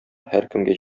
һәркемгә